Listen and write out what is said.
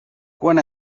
quan